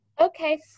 Okay